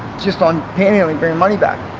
just on panhandling, bringing money back.